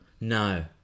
No